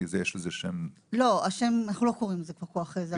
כי יש לזה שם --- אנחנו לא קוראים לזה כבר כוח עזר.